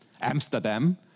Amsterdam